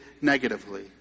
negatively